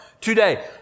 today